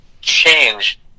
change